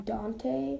Dante